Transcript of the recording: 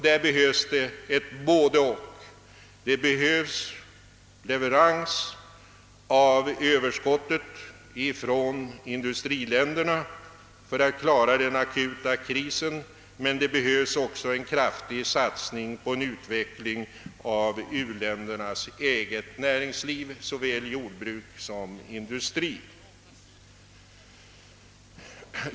Det behövs både leverans av överskottet från industriländerna för att klara den akuta krisen och en kraftig satsning på en utveckling av u-ländernas eget näringsliv, såväl jordbruk som industri.